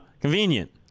convenient